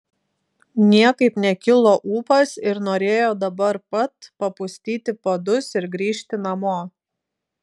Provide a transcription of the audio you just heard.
niekaip nekilo ūpas ir norėjo dabar pat papustyti padus ir grįžti namo